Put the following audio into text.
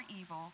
evil